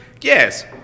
Yes